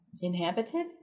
Inhabited